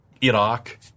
Iraq